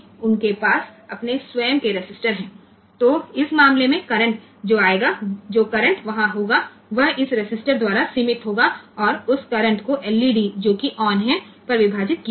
તેથી આ કિસ્સામાં જે કરંટ આવશે તે કરંટ ત્યાં હશે અને તે આ રેઝિસ્ટન્સ દ્વારા મર્યાદિત હશે અને પછી તે કરંટ LED માં વિભાજિત થશે